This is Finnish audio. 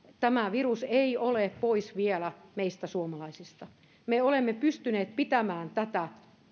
tämä virus ei ole vielä pois meistä suomalaisista me olemme pystyneet pitämään tätä